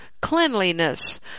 cleanliness